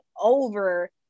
over